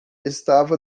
estava